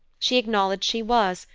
she acknowledged she was,